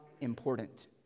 important